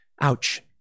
Ouch